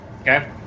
okay